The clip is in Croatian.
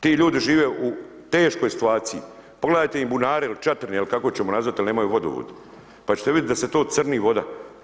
Ti ljudi žive u teškoj situaciji, pogledajte im bunare il čatrne il kako ćemo nazvat jel nemaju vodovod pa ćete vidit da se to crni voda.